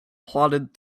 plodded